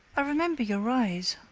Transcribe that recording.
i remember your eyes.